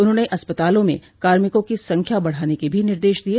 उन्होंने अस्पतालों में कार्मिकों की संख्या बढ़ाने के भी निर्देश दिये